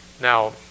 Now